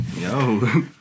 Yo